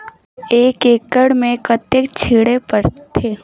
एक एकड़ मे कतेक छीचे पड़थे?